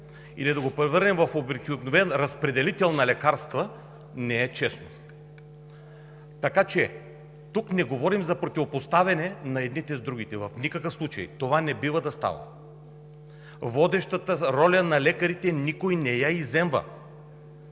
или да го превърнем в обикновен разпределител на лекарства – не е честно! Така че тук не говорим за противопоставяне на едните с другите – в никакъв случай. Това не бива да става. Водещата роля на лекарите никой не я изземва,